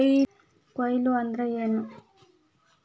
ಕೊಯ್ಲು ಅಂದ್ರ ಏನ್?